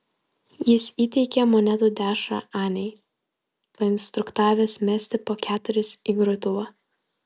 jis įteikė monetų dešrą anei painstruktavęs mesti po keturis į grotuvą